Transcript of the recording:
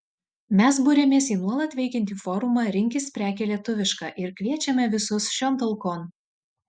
mes buriamės į nuolat veikiantį forumą rinkis prekę lietuvišką ir kviečiame visus šion talkon